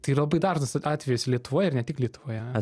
tai yra labai dažnas atvejis lietuvoje ir ne tik lietuvoje